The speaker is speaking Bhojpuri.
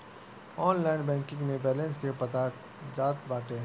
ऑनलाइन बैंकिंग में बलेंस के पता चल जात बाटे